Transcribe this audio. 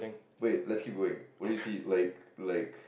wait let's keep going what do you see like like